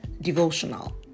devotional